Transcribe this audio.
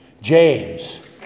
James